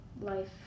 Life